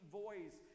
voice